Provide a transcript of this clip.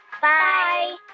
Bye